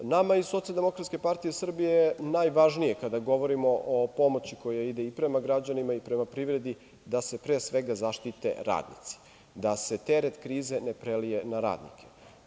Nama iz SDPS je najvažnije, kada govorimo o pomoći koja ide i prema građanima i prema privredi, da se pre svega zaštite radnici, da se teret krize ne prelije na radnike.